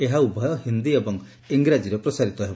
ଏହା ଉଭୟ ହିନ୍ଦୀ ଓ ଇଂରାଜୀରେ ପ୍ରସାରିତ ହେବ